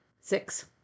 Six